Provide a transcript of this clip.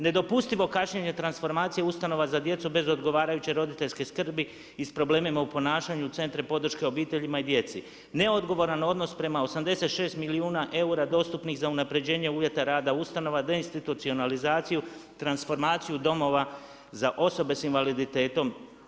Nedopustivo kašnjenje transformacija ustanova za djecu bez odgovarajuće roditeljske skrbi i s problemima u ponašanju centre podrške obiteljima i djeci, neodgovoran odnos prema 86 milijuna eura dostupnih za unaprijeđenije uvjeta rada ustanova, deinstitucionalizaciju, transformaciju domova za osoba s invaliditetom.